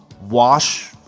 wash